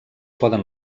poden